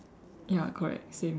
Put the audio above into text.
ya correct same